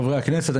חברי הכנסת,